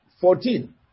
Fourteen